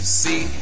see